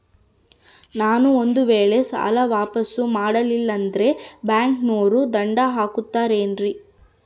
ನಾನು ಒಂದು ವೇಳೆ ಸಾಲ ವಾಪಾಸ್ಸು ಮಾಡಲಿಲ್ಲಂದ್ರೆ ಬ್ಯಾಂಕನೋರು ದಂಡ ಹಾಕತ್ತಾರೇನ್ರಿ?